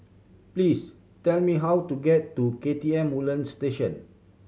please tell me how to get to K T M Woodlands Station